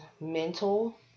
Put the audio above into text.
mental